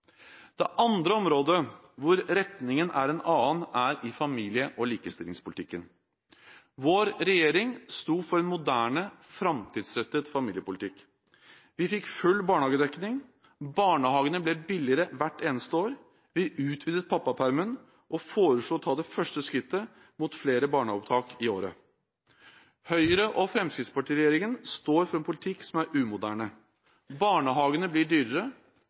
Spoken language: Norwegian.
Det andre området hvor retningen er en annen, er i familie- og likestillingspolitikken. Vår regjering sto for en moderne, framtidsrettet familiepolitikk. Vi fikk full barnehagedekning, barnehagene ble billigere hvert eneste år. Vi utvidet pappapermen og foreslo å ta det første skrittet mot flere barnehageopptak i året. Høyre–Fremskrittsparti-regjeringen står for en politikk som er umoderne. Barnehagene blir dyrere.